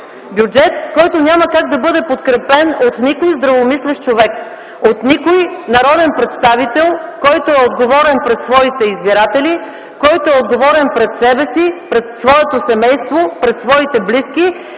бюджет, който няма как да бъде подкрепен от никой здравомислещ човек, от никой народен представител, който е отговорен пред своите избиратели, който е отговорен пред себе си, пред своето семейство, пред своите близки.